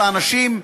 ואנשים,